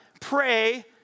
pray